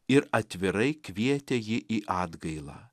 ir atvirai kvietė jį į atgailą